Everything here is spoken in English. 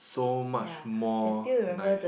so much more nice